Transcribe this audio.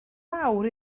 mawr